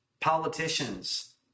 politicians